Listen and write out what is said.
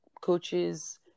coaches